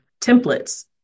templates